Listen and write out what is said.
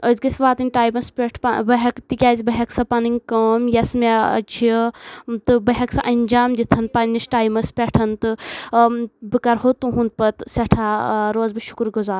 أسۍ گژھۍ واتٕنۍ ٹامس پٮ۪ٹھ بہٕ ہیٚکہٕ تِکیازِ بہٕ ہیٚکہٕ سۄ پنٕنۍ کٲم یۄس مےٚ چھِ تہٕ بہٕ ہیٚکہٕ سۄ انجام دِتھ پننس ٹایمس پٮ۪ٹھ تہٕ بہٕ کرہو تُہنٛد پتہِ سٮ۪ٹھاہ روزٕ بہٕ شُکر گُزار